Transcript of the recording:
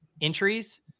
entries